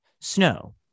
snow